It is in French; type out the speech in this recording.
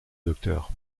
docteur